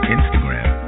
Instagram